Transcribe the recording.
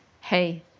hey